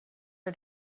for